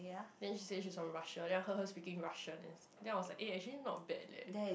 then she say she is from Russia then i heard her speaking Russian then I was like eh actually not bad leh